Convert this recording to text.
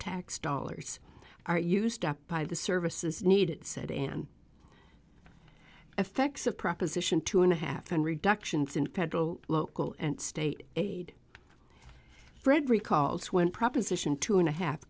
tax dollars are used up by the services needed said in an effects of proposition two and a half and reductions in federal local and state aid fred recalls when proposition two and a half